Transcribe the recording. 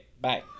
Bye